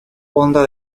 honda